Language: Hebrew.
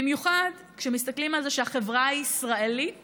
במיוחד כשמסתכלים על זה שהחברה הישראלית